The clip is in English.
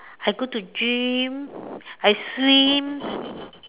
I go to gym I swim